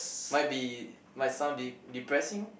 might be might sound de~ depressing